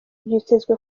byitezwe